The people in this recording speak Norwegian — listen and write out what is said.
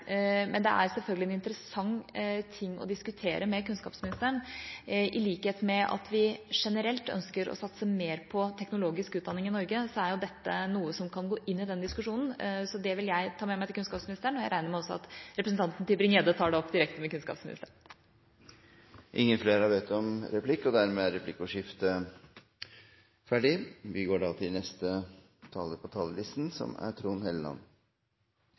men det er selvfølgelig en interessant ting å diskutere med kunnskapsministeren. I likhet med at vi generelt ønsker å satse mer på teknologisk utdanning i Norge, er dette noe som kan gå inn i den diskusjonen, så det vil jeg ta med meg til kunnskapsministeren. Jeg regner også med at representanten Tybring-Gjedde tar det opp direkte med kunnskapsministeren. Replikkordskiftet er omme. Bakgrunnen for JSM-prosjektet er at ingeniører som jobbet med sjømålsmissilet NSM, i 2004 laget en studie der det ble konkludert med at det var gode muligheter for at et nytt missil basert på